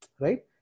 Right